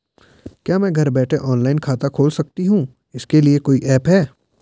क्या मैं घर बैठे ऑनलाइन खाता खोल सकती हूँ इसके लिए कोई ऐप है?